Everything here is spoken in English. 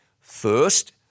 First